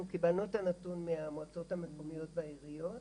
אנחנו קיבלנו את הנתון מהמועצות המקומיות והעיריות.